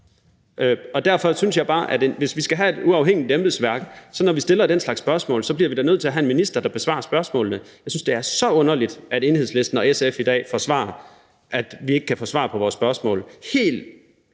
Derfor synes jeg bare, at hvis vi skal have et uafhængigt embedsværk, bliver vi da nødt til, når vi stiller den slags spørgsmål, at have en minister, der besvarer spørgsmålene. Jeg synes, det er så underligt, at Enhedslisten og SF i dag forsvarer, at vi ikke kan få svar på vores spørgsmål. Det